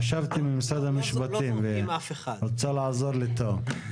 חשבתי ממשרד המשפטים ורוצה לעזור לטום.